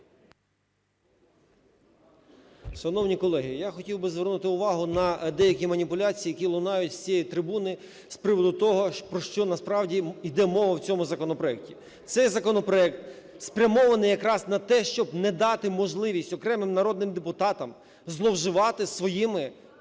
Шановні колеги, я хотів би звернути увагу на деякі маніпуляції, які лунають з цієї трибуни з приводу того, про що насправді йде мова в цьому законопроекті. Цей законопроект спрямований якраз на те, щоб не дати можливість окремим народним депутатам зловживати своїми